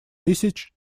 тысяч